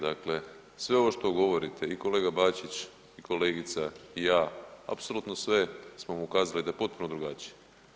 Dakle, sve ovo što govorite i kolega Bačić i kolegica i ja apsolutno sve smo mu kazali da je potpuno drugačije.